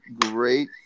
great